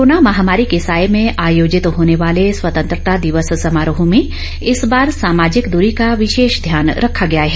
corona महामारी को सायं में आयोजित होने वाले स्वतंत्रता दिवस समारोह में इस बार सामाजिक दूरी का विशेष ध्यान रखा गया है